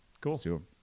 Cool